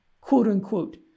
quote-unquote